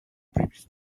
previous